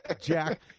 Jack